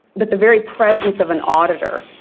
but the very presence of an auditor